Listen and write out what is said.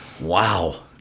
Wow